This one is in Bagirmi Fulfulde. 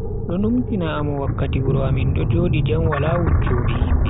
Do numtina am wakkati wuro amin do jodi jam wala wujjobe himbe.